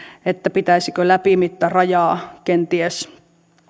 pitäisikö läpimittarajaa kenties